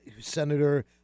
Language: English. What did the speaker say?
Senator